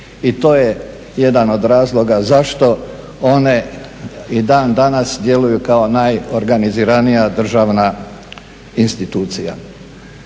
i to je jedan od razloga zašto one i dan danas djeluju kao najorganiziranija državna institucija.